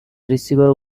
receiver